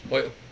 what